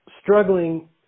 struggling